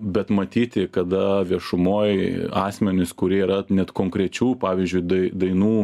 bet matyti kada viešumoj asmenys kurie yra net konkrečių pavyzdžiui dai dainų